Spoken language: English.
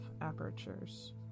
apertures